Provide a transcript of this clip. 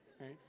right